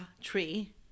tree